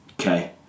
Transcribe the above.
Okay